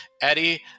Eddie